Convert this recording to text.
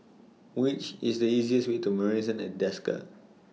Which IS The easiest Way to Marrison At Desker